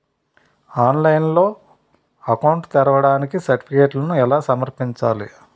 ఆన్లైన్లో అకౌంట్ ని తెరవడానికి సర్టిఫికెట్లను ఎలా సమర్పించాలి?